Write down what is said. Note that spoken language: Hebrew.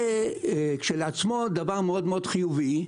זה כשלעצמו דבר מאוד-מאוד חיובי,